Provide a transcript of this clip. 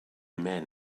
men